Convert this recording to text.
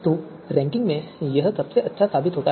तो रैंकिंग में यह सबसे अच्छा साबित होता है